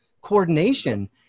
coordination